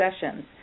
sessions